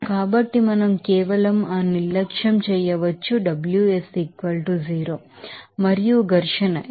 కాబట్టి మనం కేవలం ఆ నిర్లక్ష్యం చేయవచ్చు Ws 0 మరియు ఫ్రిక్షన్ ఎందుకంటే F 0